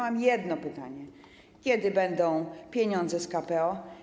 Mam jedno pytanie: Kiedy będą pieniądze z KPO?